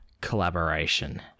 collaboration